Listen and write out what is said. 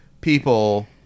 people